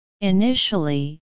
Initially